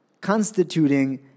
constituting